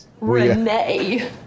Renee